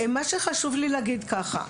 מה שחשוב לי להגיד, ככה,